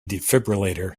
defibrillator